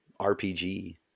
RPG